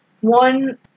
one